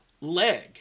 leg